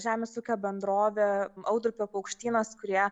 žemės ūkio bendrovė audrupio paukštynas kurie